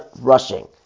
rushing